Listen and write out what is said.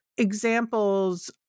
Examples